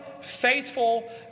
faithful